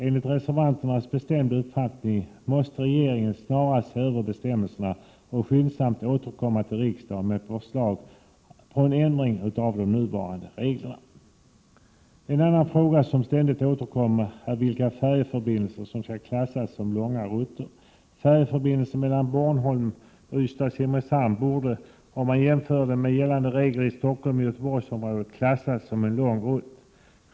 Enligt reservanternas bestämda uppfattning måste regeringen snarast se över bestämmelserna och skyndsamt återkomma till riksdagen med förslag om en ändring av de nuvarande reglerna. En annan fråga som ständigt återkommer är vilka färjeförbindelser som skall klassas som ”långa rutter”. Färjeförbindelsen mellan Bornholm och Ystad-Simrishamn borde, om man jämför med gällande regler i Stockholmsoch Göteborgsområdena, klassas som en ”lång rutt”.